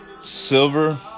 silver